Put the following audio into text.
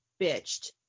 bitched